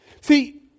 See